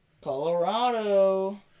Colorado